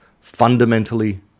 fundamentally